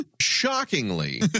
shockingly